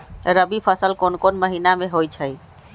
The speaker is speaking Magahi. रबी फसल कोंन कोंन महिना में होइ छइ?